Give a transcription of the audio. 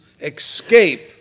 escape